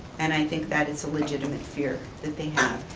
and i think that is a legitimate fear that they have.